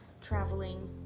traveling